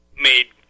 made